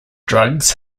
drugs